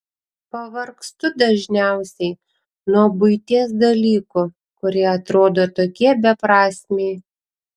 pavargstu dažniausiai nuo buities dalykų kurie atrodo tokie beprasmiai